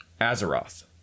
Azeroth